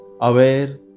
Aware